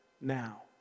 now